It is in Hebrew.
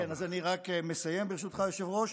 כן, אז אני רק מסיים, ברשותך, אדוני היושב-ראש.